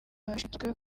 ababishinzwe